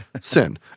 sin